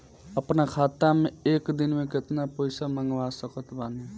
अपना खाता मे एक दिन मे केतना पईसा मँगवा सकत बानी?